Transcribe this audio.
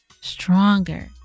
stronger